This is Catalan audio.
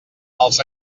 els